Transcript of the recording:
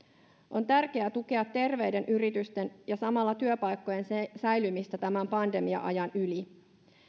on tärkeää tukea terveiden yritysten ja samalla työpaikkojen säilymistä tämän pandemia ajan yli